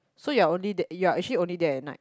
so you're only there you're actually only there at night